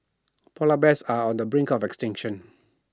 Polar Bears are on the brink of extinction